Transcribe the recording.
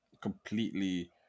completely